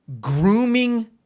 grooming